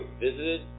visited